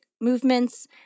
movements